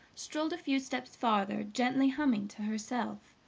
strolled a few steps farther, gently humming to herself.